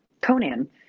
Conan